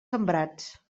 sembrats